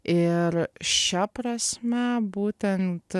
ir šia prasme būtent